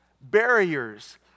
barriers